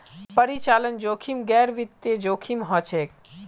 परिचालन जोखिम गैर वित्तीय जोखिम हछेक